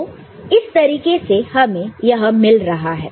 तो इस तरीके से हमें यह मिल रहा है